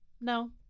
No